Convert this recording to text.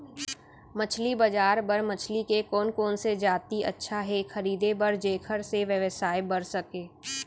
मछली बजार बर मछली के कोन कोन से जाति अच्छा हे खरीदे बर जेकर से व्यवसाय बढ़ सके?